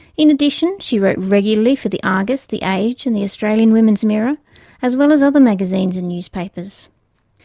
in addition, she wrote regularly for the argus, the age and the australian women's mirror as well as other magazines and newspapers.